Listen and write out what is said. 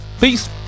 Peace